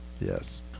Yes